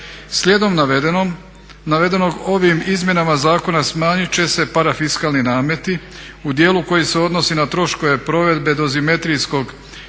Slijedom navedenog ovim izmjenama zakona smanjit će se parafiskalni nameti u dijelu koji se odnosi na troškove provedbe dozimetrijskog i